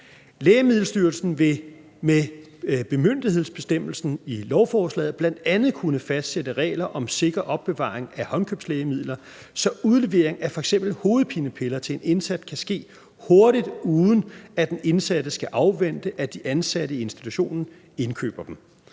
Lægemiddelstyrelsen vil med bemyndigelsesbestemmelsen i lovforslaget bl.a. kunne fastsætte regler om sikker opbevaring af håndkøbslægemidler, så udlevering af f.eks. hovedpinepiller til en indsat kan ske hurtigt, uden at den indsatte skal afvente, at de ansatte i institutionen indkøber dem.